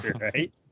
Right